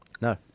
No